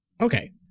okay